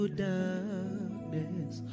darkness